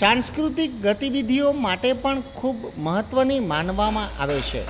સાંસ્કૃતિક ગતિવિધિઓ માટે પણ ખૂબ મહત્ત્વની માનવામાં આવે છે